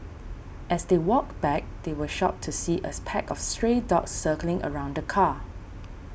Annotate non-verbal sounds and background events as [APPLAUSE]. as they walked back they were shocked to see a [NOISE] pack of stray dogs circling around the car